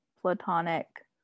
platonic